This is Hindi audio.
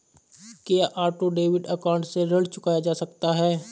क्या ऑटो डेबिट अकाउंट से ऋण चुकाया जा सकता है?